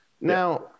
Now